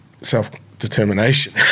self-determination